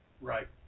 Right